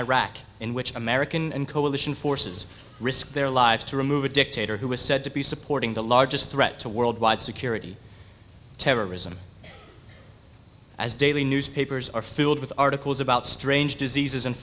iraq in which american and coalition forces risked their lives to remove a dictator who is said to be supporting the largest threat to worldwide security terrorism as daily newspapers are filled with articles about strange diseases and